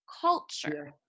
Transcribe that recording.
culture